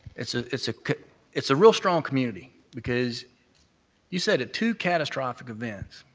it's a it's a it's a real strong community because you said it, two catastrophic events,